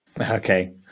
Okay